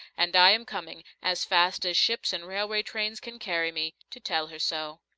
and i am coming, as fast as ships and railway trains can carry me, to tell her so.